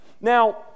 now